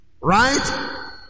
Right